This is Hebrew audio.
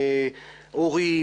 הורים,